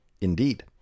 Indeed